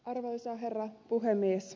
arvoisa herra puhemies